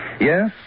Yes